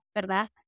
¿verdad